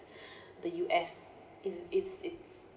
the U_S is it's it's